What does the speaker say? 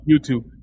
YouTube